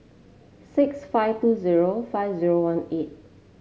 six five two zero five zero one eight